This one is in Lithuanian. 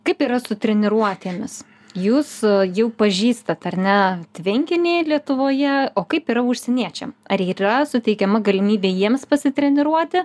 kaip yra su treniruotėmis jūs jau pažįstat ar ne tvenkinį lietuvoje o kaip yra užsieniečiam ar yra suteikiama galimybė jiems pasitreniruoti